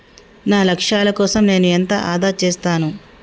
నా లక్ష్యాల కోసం నేను ఎంత ఆదా చేస్తాను?